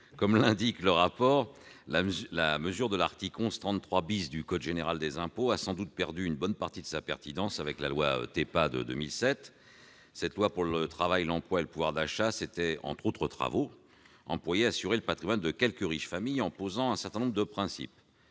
Comme l'indique le rapport, la mesure de l'article 1133 du code général des impôts a sans doute perdu une bonne partie de sa pertinence avec la loi TEPA de 2007. Cette loi pour le travail, l'emploi et le pouvoir d'achat c'était, entre autres travaux, employée à assurer le patrimoine de quelques riches familles en posant un certain nombre de principes